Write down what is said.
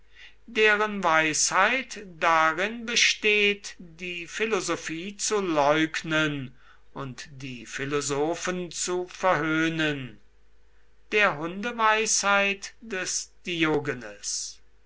deren weisheit darin besteht die philosophie zu leugnen und die philosophen zu verhöhnen der hundeweisheit des